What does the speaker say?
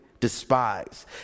Despise